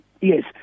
yes